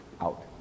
out